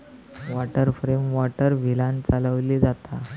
water frame water व्हीलांन चालवली जाता